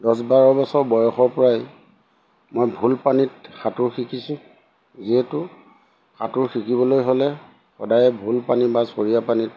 দহ বাৰ বছৰ বয়সৰ পৰাই মই ভুল পানীত সাঁতোৰ শিকিছোঁ যিহেতু সাঁতোৰ শিকিবলৈ হ'লে সদায় ভুল পানী বা চৰিয়া পানীত